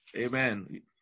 Amen